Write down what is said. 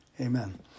Amen